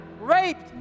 raped